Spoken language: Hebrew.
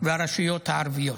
והרשויות הערביות.